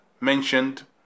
mentioned